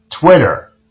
Twitter